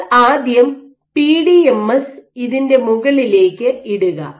നിങ്ങൾ ആദ്യം പിഡിഎംഎസ് ഇതിൻറെ മുകളിലേക്ക് ഇടുക